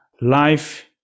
life